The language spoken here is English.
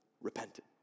repented